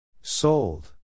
Sold